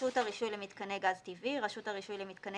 "רשות הרישוי למיתקני גז טבעי" רשות הרישוי למיתקני